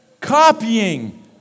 copying